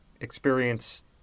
experience